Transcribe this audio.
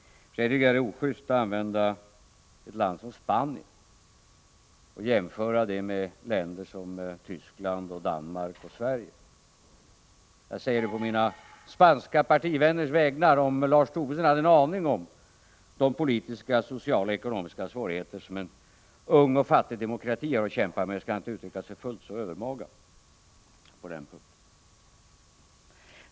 Jag tycker att det är ojust att jämföra ett land som Spanien med länder som Tyskland, Danmark och Sverige. Jag säger å mina spanska partivänners vägnar att om Lars Tobisson hade en aning om de politiska, sociala och ekonomiska svårigheter som en ung och fattig demokrati har att kämpa med, så skulle han inte uttrycka sig fullt så övermaga på den punkten.